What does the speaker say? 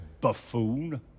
buffoon